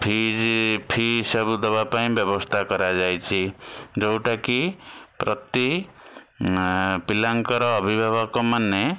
ଫିସି fee ସବୁ ଦେବାପାଇଁ ବ୍ୟବସ୍ତା କରାଯାଇଛି ଯୋଉଟାକି ପ୍ରତି ପିଲାଙ୍କର ଅଭିଭାବକ ମାନେ